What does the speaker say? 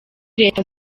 leta